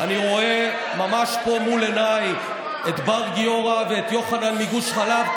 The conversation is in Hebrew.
אני רואה פה ממש מול עיניי את בר גיורא ואת יוחנן מגוש חלב,